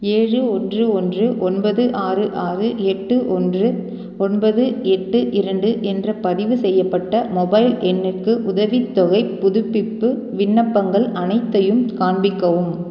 ஏழு ஒன்று ஒன்று ஒன்பது ஆறு ஆறு எட்டு ஒன்று ஒன்பது எட்டு இரண்டு என்ற பதிவுசெய்யப்பட்ட மொபைல் எண்ணுக்கு உதவித்தொகைப் புதுப்பிப்பு விண்ணப்பங்கள் அனைத்தையும் காண்பிக்கவும்